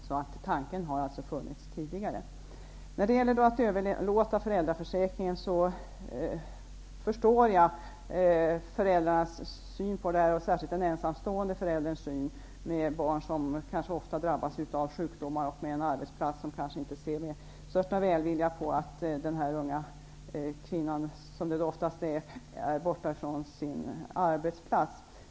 Den här tanken har alltså funnits tidigare. När det gäller detta med att överlåta föräldraförsäkringen kan jag säga att jag förstår föräldrarnas uppfattning. Särskilt gäller det ensamstående föräldrar som har barn som kanske ofta drabbas av sjukdomar och som upplever att man på arbetsplatsen kanske inte ser med största välvilja att den unga kvinnan -- som det oftast är fråga om -- är borta från sitt arbete.